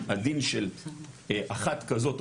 הדין של אחת כזאת,